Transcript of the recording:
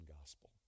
gospel